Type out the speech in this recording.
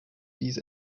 dies